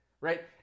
Right